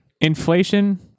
Inflation